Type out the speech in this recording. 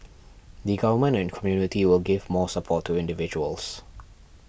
the Government and community will give more support to individuals